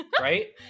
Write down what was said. right